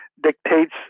dictates